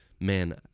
man